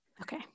okay